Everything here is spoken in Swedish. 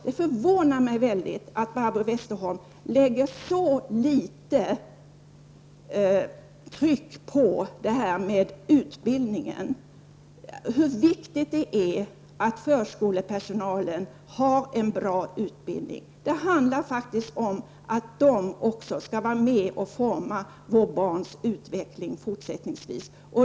Det förvånar mig mycket att Barbro Westerholm fäste så liten vikt vid utbildningen, betydelsen av att förskolepersonalen har en bra utbildning. Den handlar faktiskt också om att man fortsättningsvis skall vara med om att forma våra barns utveckling.